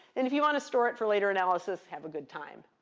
and if you want to store it for later analysis, have a good time.